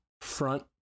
front